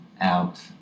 out